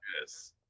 Yes